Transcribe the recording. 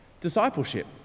discipleship